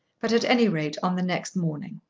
but at any rate, on the next morning.